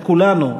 את כולנו,